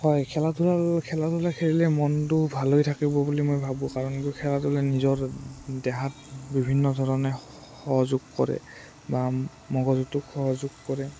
হয় খেলা ধূলা খেলা ধূলা খেলিলে মনটো ভাল হৈ থাকিব বুলি মই ভাবোঁ কাৰণ কিয় খেলা ধূলা নিজৰ দেহাত বিভিন্ন ধৰণে সহযোগ কৰে বা মগজুটোক সহযোগ কৰে